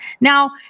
Now